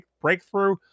breakthrough